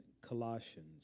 Colossians